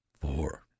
four